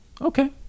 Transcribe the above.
Okay